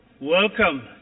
welcome